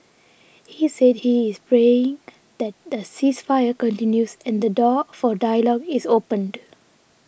he said he is praying that the ceasefire continues and the door for dialogue is opened